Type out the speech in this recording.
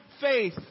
faith